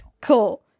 cool